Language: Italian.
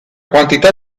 quantità